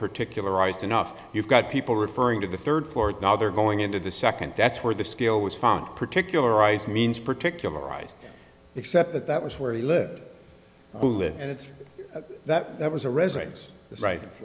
particular ised enough you've got people referring to the third floor now they're going into the second that's where the scale was found particularize means particularized except that that was where he lived and it's that that was a residence right